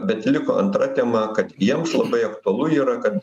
bet liko antra tema kad jiems labai aktualu yra kad